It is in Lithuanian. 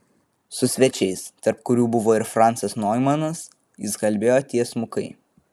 su svečiais tarp kurių buvo ir francas noimanas jis kalbėjo tiesmukai